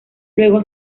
luego